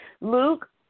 Luke